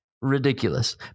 Ridiculous